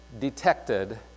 detected